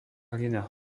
hlina